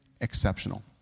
exceptional